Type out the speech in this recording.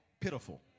pitiful